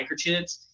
microchips